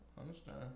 understand